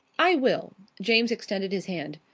i will. james extended his hand.